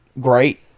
great